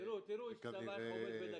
תראו איך איש צבא עומד בדקתיים.